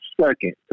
second